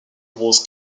was